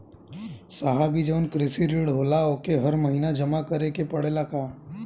साहब ई जवन कृषि ऋण होला ओके हर महिना जमा करे के पणेला का?